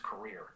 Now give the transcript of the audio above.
career